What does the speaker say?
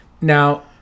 Now